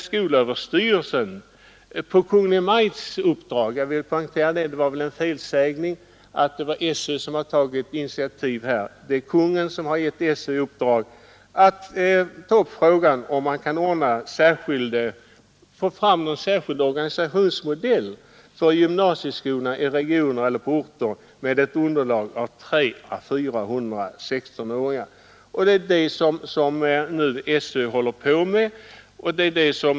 Skolöverstyrelsen håller nu — på Kungl. Maj:ts uppdrag — på att undersöka om man kan få fram en särskild organisationsmodell för gymnasieskolorna i regioner eller på orter med ett underlag av 300 å 400 16-åringar.